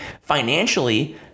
financially